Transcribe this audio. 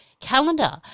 calendar